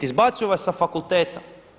Izbacuju vas sa fakulteta.